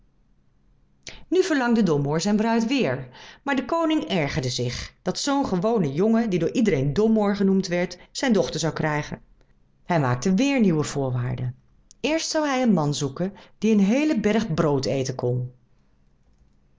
nu verlangde domoor zijn bruid weêr maar de koning ergerde zich dat zoo'n gewone jongen die door iedereen domoor genoemd werd zijn dochter zou krijgen hij maakte weêr nieuwe voorwaarden eerst zou hij een man zoeken die een heelen berg brood eten kon